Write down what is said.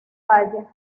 valle